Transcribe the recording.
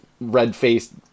red-faced